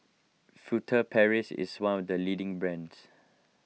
Furtere Paris is one of the leading brands